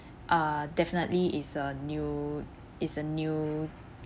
uh definitely is a new is a new